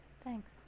Thanks